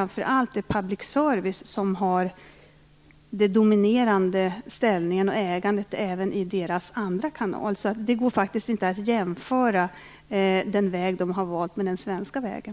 ställning och ägande är public service-verksamheten dominerande, även i den andra danska kanalen. Det går faktiskt inte att jämföra den väg som man där har valt med den svenska vägen.